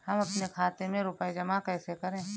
हम अपने खाते में रुपए जमा कैसे करें?